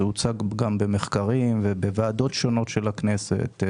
וזה הוצג גם במחקרים ובוועדות שונות של הכנסת.